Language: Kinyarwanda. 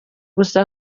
gusa